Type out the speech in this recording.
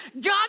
God